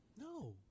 No